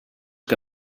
que